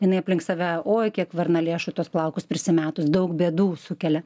jinai aplink save oi kiek varnalėšų tuos plaukus persimetus daug bėdų sukelia